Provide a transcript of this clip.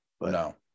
No